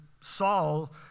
Saul